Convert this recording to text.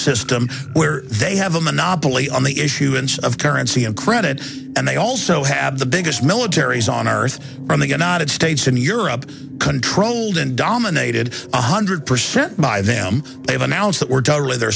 system where they have a monopoly on the issuance of currency and credit and they also have the biggest militaries on earth from the united states and europe controlled and dominated one hundred percent by them they've announced that we're totally the